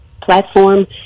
platform